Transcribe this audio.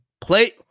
Play